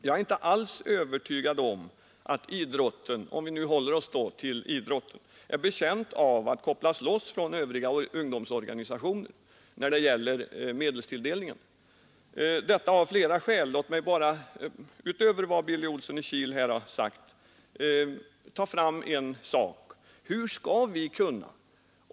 Jag är inte alls övertygad om att idrotten — om vi nu håller oss till den — när det gäller medelstilldelningen är betjänt av att kopplas loss från övriga ungdomsorganisationer, och detta av flera skäl. Låt mig bara utöver vad Billy Olsson i Kil här anfört nämna en sak.